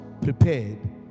prepared